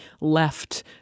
left